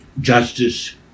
justice